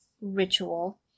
ritual